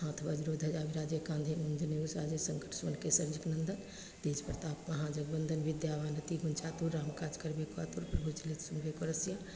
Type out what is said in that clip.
हाथ बज्र और ध्वजा बिराजे काँधे मूँज जनेऊ साजै शंकर सुवन केसरी नन्दन तेज प्रताप महा जग बन्दन विद्यावान गुनी अति चातुर राम काज करिबे को आतुर प्रभु चरित्र सुनबे को रसिया